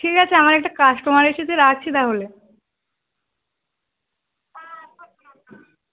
ঠিক আছে আমার একটা কাস্টমার এসেছে রাখছি তাহলে